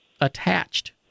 attached